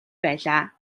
байлаа